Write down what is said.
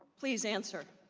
please answer.